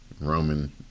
Roman